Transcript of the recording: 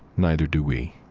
neither do we